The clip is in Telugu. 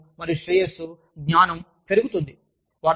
ఆరోగ్యం మరియు శ్రేయస్సు జ్ఞానం పెరుగుతుంది